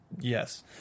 Yes